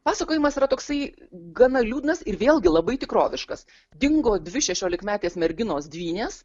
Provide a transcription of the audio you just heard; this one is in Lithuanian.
pasakojimas yra toksai gana liūdnas ir vėlgi labai tikroviškas dingo dvi šešiolikmetės merginos dvynės